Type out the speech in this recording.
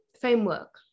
framework